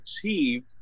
achieved